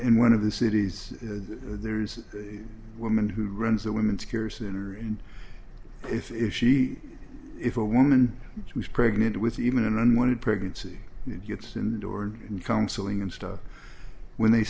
and one of the cities there's a woman who runs the women's cure center and if she if a woman who's pregnant with even an unwanted pregnancy and it gets in the door and in counseling and stuff when they